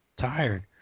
tired